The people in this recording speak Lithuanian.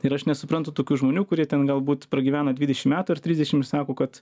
ir aš nesuprantu tokių žmonių kurie ten galbūt pragyvena dvidešim metų ar trisdešim ir sako kad